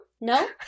No